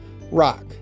rock